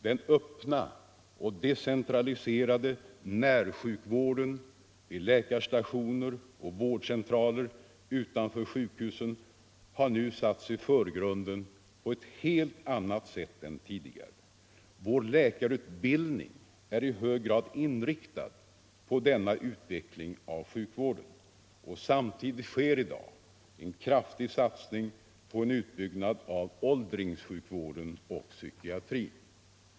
Den öppna och decentraliserade närsjukvården vid läkarstationer och vårdcentraler utanför sjukhusen har nu satts i förgrunden på ett helt annat sätt än tidigare. Vår läkarutbildning är i hög grad inriktad på denna utveckling av sjukvården och samtidigt sker i dag en kraftig satsning på en utbyggnad av åldringssjukvården och psykiatrin.